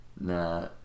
Nah